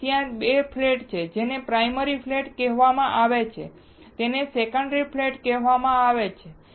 તેથી ત્યાં 2 ફ્લેટ છે જેને પ્રાયમરી ફ્લેટ કહેવામાં આવે છે અને તેને સેકન્ડરી ફ્લેટ કહેવામાં આવે છે